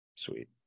Sweet